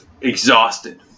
exhausted